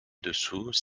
dessous